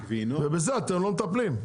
ובזה אתם לא מטפלים,